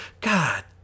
God